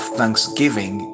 thanksgiving